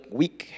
weak